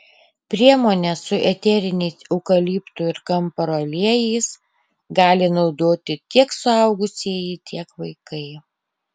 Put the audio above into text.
priemonę su eteriniais eukaliptų ir kamparo aliejais gali naudoti tiek suaugusieji tiek vaikai